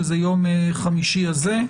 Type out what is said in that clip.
שזה יום חמישי הזה.